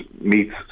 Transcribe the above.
meets